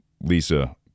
Lisa